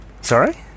Sorry